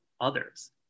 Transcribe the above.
others